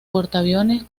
portaaviones